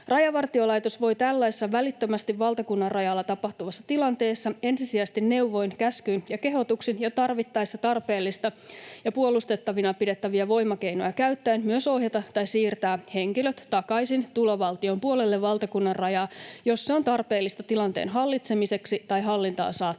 Rajavartiolaitos voi tällaisessa välittömästi valtakunnanrajalla tapahtuvassa tilanteessa ensisijaisesti neuvoin, käskyin ja kehotuksin ja tarvittaessa tarpeellisia ja puolustettavina pidettäviä voimakeinoja käyttäen myös ohjata tai siirtää henkilöt takaisin tulovaltion puolelle valtakunnanrajaa, jos se on tarpeellista tilanteen hallitsemiseksi tai hallintaan saattamiseksi.